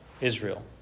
Israel